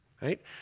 right